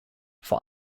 vor